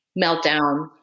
meltdown